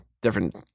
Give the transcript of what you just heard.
Different